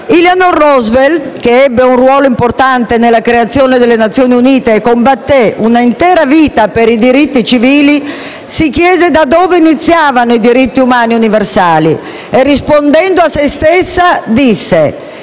Eleanor Roosevelt, che ebbe un ruolo importante nella creazione delle Nazioni Unite e combatté un'intera vita per i diritti civili, si chiese da dove iniziavano i diritti umani universali e, rispondendo a se stessa, disse: «in